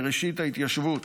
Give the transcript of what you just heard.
מראשית ההתיישבות,